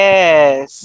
Yes